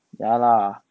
ya lah